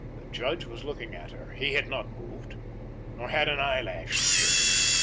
the judge was looking at her he had not moved nor had an eyelash stirred,